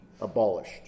abolished